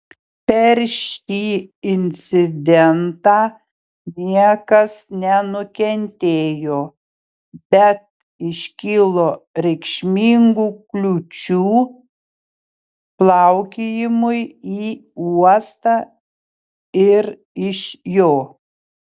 per šį incidentą niekas nenukentėjo bet iškilo reikšmingų kliūčių plaukiojimui į uostą ir iš jo